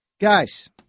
Guys